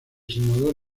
senador